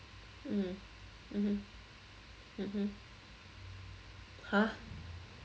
mm mmhmm mmhmm !huh!